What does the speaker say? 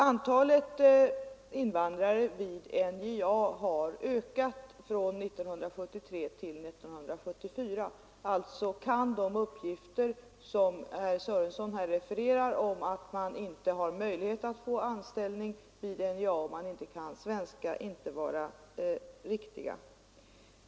Antalet invandrare vid NJA har ökat från 1973 till 1974, alltså kan de uppgifter som herr Sörenson refererar att invandrare inte har möjlighet att få anställning vid NJA om de inte kan svenska, inte vara riktiga.